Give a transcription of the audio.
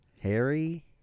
Harry